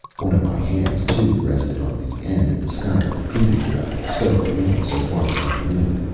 one of my hands, too, rested on the end of the skylight neither did i stir a limb, so far as i knew.